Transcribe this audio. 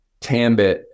Tambit